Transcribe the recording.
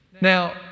Now